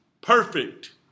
perfect